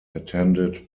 attended